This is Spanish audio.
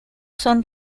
son